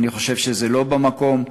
אני חושב שזה לא במקום.